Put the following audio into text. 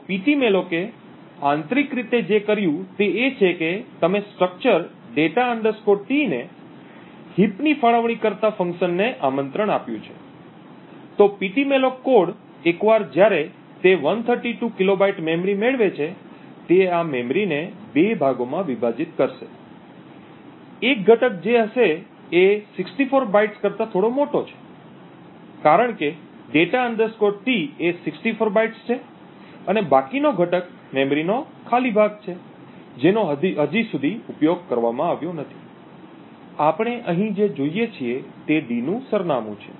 તો પીટીમેલોક આંતરિક રીતે જે કર્યું છે તે એ છે કે તમે સ્ટ્રક્ચર data T ને હીપ ની ફાળવણી કરતા ફંક્શનને આમંત્રણ આપ્યું છે તો પીટીમેલોક કોડ એકવાર જ્યારે તે 132 કિલોબાઇટ મેમરી મેળવે છે તે આ મેમરીને બે ભાગોમાં વિભાજિત કરશે એક ઘટક જે હશે એ 64 બાઇટ્સ કરતા થોડો મોટો છે કારણ કે data T એ 64 બાઇટ્સ છે અને બાકીનો ઘટક મેમરીનો ખાલી ભાગ છે જેનો હજી સુધી ઉપયોગ કરવામાં આવ્યો નથી આપણે અહીં જે જોઈએ છીએ તે d નું સરનામું છે